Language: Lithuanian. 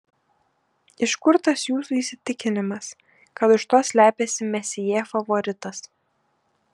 iš kur tas jūsų įsitikinimas kad už to slepiasi mesjė favoritas